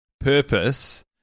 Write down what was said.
purpose